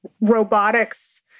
robotics